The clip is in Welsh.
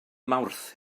mawrth